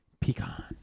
Pecan